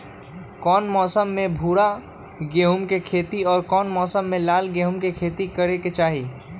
कौन मौसम में भूरा गेहूं के खेती और कौन मौसम मे लाल गेंहू के खेती करे के चाहि?